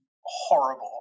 horrible